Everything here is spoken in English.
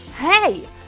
hey